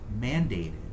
mandated